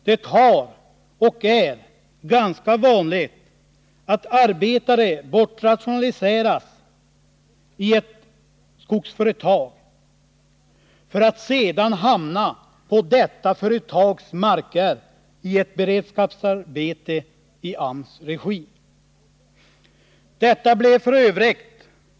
Det har varit och är fortfarande ganska vanligt att arbetare rationaliseras bort i ett skogsföretag för att sedan hamna på detta företags marker i ett beredskapsarbete i AMS regi. Detta blev f.ö.